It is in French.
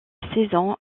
saison